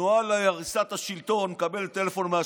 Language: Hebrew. התנועה להריסת השלטון מקבלת טלפון מהשופט,